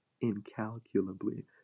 incalculably